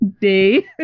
day